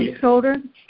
children